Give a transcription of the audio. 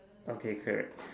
okay correct